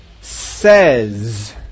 says